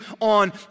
on